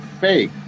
fake